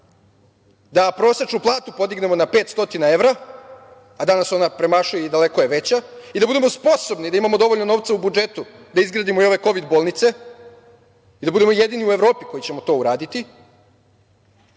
da prosečnu platu podignemo na 500 evra, a danas ona premašuje i daleko je veća i da budemo sposobni da imamo dovoljno novca u budžetu da izgradimo i ove kovid bolnice i da budemo jedini u Evropi koji ćemo to uraditi